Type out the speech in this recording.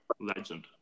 legend